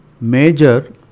major